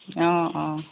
অঁ অঁ